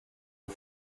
aux